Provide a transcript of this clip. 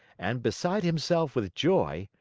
and, beside himself with joy,